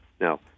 Now